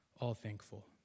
all-thankful